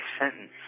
sentence